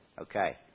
Okay